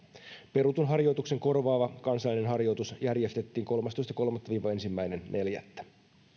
perutun harjoituksen korvaava kansallinen harjoitus järjestettiin kolmastoista kolmatta viiva ensimmäinen neljättä